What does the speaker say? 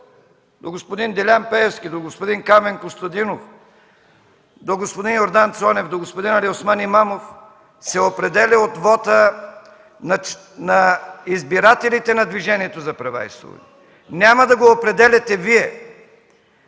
–до господин Делян Пеевски, до господин Камен Костадинов, до господин Йордан Цонев, до господин Алиосман Имамов се определя от вота на избирателите на Движението за права и свободи. Няма да го определяте Вие.